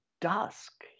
dusk